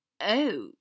Oh